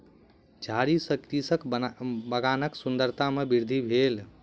झाड़ी सॅ कृषक के बगानक सुंदरता में वृद्धि भेल